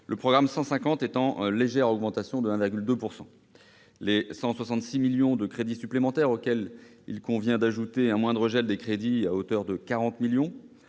le programme 150 est en légère augmentation de 1,2 %. Les 166 millions d'euros de crédits supplémentaires, auxquels il convient d'ajouter un moindre gel des crédits à hauteur de 40 millions